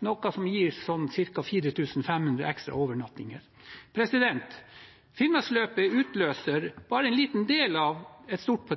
noe som gir ca. 4 500 ekstra overnattinger. Finnmarksløpet utløser bare en liten del av et stort